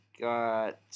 got